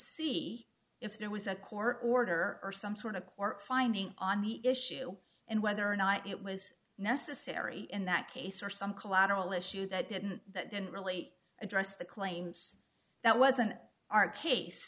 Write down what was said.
see if there was a court order or some sort of court finding on the issue and whether or not it was necessary in that case or some collateral issue that didn't that didn't really address the claims that wasn't our case